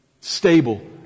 Stable